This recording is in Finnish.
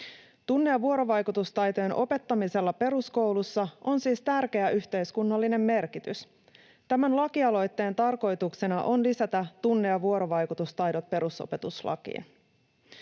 Tunne‑ ja vuorovaikutustaitojen opettamisella peruskoulussa on siis tärkeä yhteiskunnallinen merkitys. Tämän lakialoitteen tarkoituksena on lisätä tunne‑ ja vuorovaikutustaidot perusopetuslakiin.